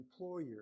employer